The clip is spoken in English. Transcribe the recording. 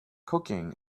cooking